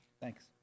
Thanks